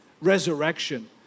resurrection